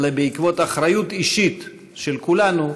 אלא בעקבות אחריות אישית של כולנו,